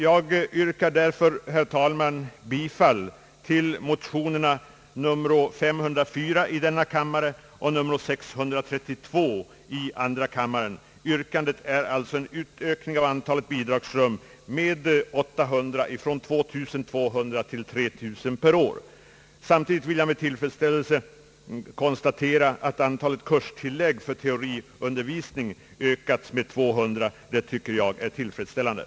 Jag yrkar därför, herr talman, bifall till motion nr 504 i denna kammaren och motion nr 632 i andra kammaren. Yrkandet avser alltså en ökning av antalet bidragsrum med 800 från 2200 till 3 000 per år. Samtidigt vill jag med tillfredsställelse konstatera att antalet kurstillägg för teoretisk utbildning har ökats med 200.